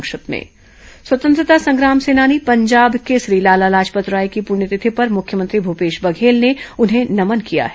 संक्षिप्त समाचार स्वतंत्रता संग्राम सेनानी पंजाब केसरी लाला लाजपत राय की पुण्यतिथि पर मुख्यमंत्री भूपेश बघेल ने उन्हें नमन किया है